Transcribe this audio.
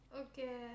okay